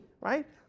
right